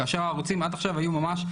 כאשר הערוצים עד עכשיו היו ממש חסומים,